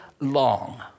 long